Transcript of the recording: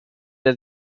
have